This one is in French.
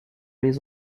les